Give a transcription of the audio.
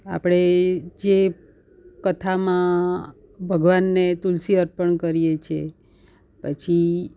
આપણે જે કથામાં ભગવાનને તુલસી અર્પણ કરીએ છીએ પછી